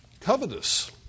covetous